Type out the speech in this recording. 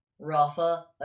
Rafa